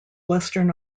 western